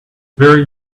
very